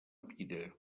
pira